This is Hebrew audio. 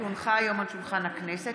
כי הונחה היום על שולחן הכנסת,